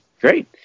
Great